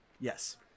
Yes